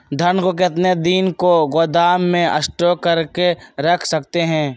धान को कितने दिन को गोदाम में स्टॉक करके रख सकते हैँ?